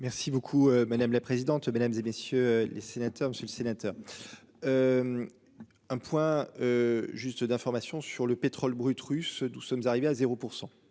Merci beaucoup madame la présidente, mesdames et messieurs les sénateurs, Monsieur le Sénateur. 1 point. Juste d'information sur le pétrole brut russe d'où sommes arrivés à 0%